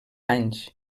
anys